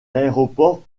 aéroport